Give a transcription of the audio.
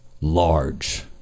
large